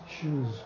shoes